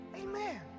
Amen